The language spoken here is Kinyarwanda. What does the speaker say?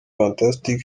fantastic